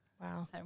Wow